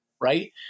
Right